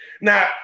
Now